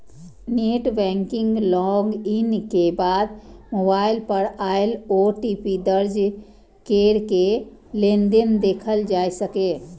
net banking log in के बाद mobile पर आयल ओ.टी.पी दर्ज कैरके लेनदेन देखल जा सकैए